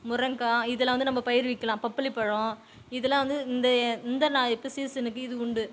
முருங்கக்காய் இதெல்லாம் வந்து நம்ம பயிறு வைக்கலாம் பப்பாளி பழம் இதெல்லாம் வந்து இந்த இந்த நான் இப்போ சீசனுக்கு இது உண்டு